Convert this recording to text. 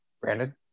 Brandon